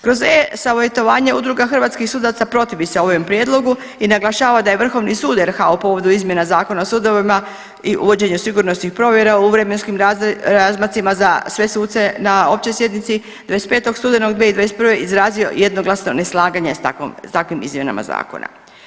Kod e-savjetovanje Udruga hrvatski sudaca protivi se ovom prijedlogu i naglašava da je Vrhovni sud RH u povodu izmjena Zakona o sudovima i uvođenju sigurnosnih provjera u vremenskim razmacima za sve suce na općoj sjednici 25. studenog 2021. izrazio jednoglasno neslaganje s takvom, takvim izmjenama zakona.